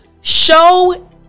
show